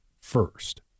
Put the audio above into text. first